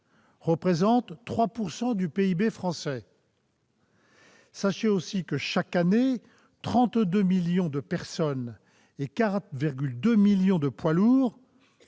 représentent 3 % du PIB français ; en outre, chaque année, quelque 32 millions de personnes et 4,2 millions de poids lourds